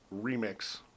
remix